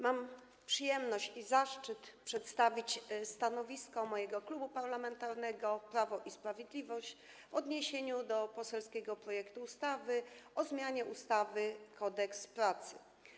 Mam przyjemność i zaszczyt przedstawić stanowisko mojego Klubu Parlamentarnego Prawo i Sprawiedliwość w odniesieniu do poselskiego projektu ustawy o zmianie ustawy Kodeks pracy.